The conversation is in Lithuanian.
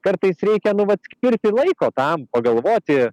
kartais reikia nu vat skirti laiko tam pagalvoti